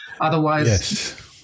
Otherwise